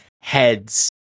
heads